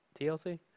TLC